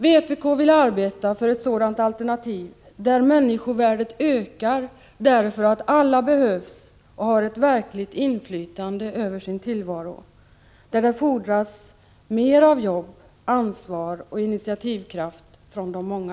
Vpk vill arbeta för ett sådant alternativ, där människovärdet ökar därför att alla behövs och har ett verkligt inflytande över sin tillvaro, där det fordras mer av jobb, ansvar och initiativkraft från de många.